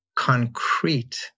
concrete